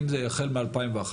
אם זה החל מ-2011,